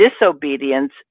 disobedience